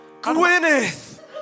Gwyneth